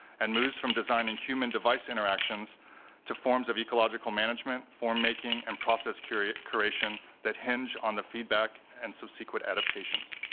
and moves from designing human device interactions to forms of ecological management, form making, and process creation that hinge on the feedback and subsequent adaptations.